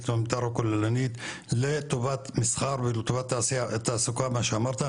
המתאר הכוללנית לטובת מסחר ולטובת תעסוקה מה שאמרת,